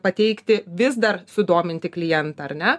pateikti vis dar sudominti klientą ar ne